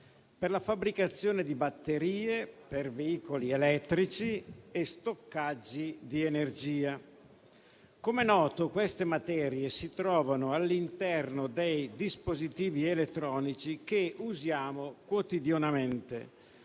per la fabbricazione di batterie per veicoli elettrici e stoccaggi di energia. Come è noto, queste materie si trovano all'interno dei dispositivi elettronici che usiamo quotidianamente,